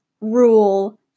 rule